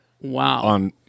Wow